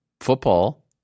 football